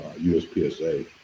USPSA